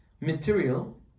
material